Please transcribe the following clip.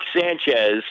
Sanchez